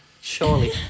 surely